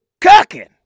cooking